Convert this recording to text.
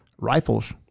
Rifles